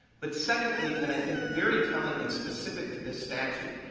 but secondly, and i think very telling and specific to this statute,